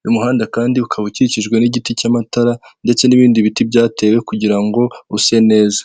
uyu muhanda kandi ukaba ukikijwe n'igiti cy'amatara ndetse n'ibindi biti byatewe kugira ngo use neza.